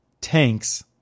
Tanks